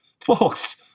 Folks